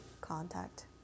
contact